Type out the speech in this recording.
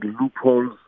loopholes